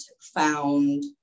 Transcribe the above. found